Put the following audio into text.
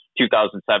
2007